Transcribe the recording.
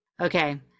Okay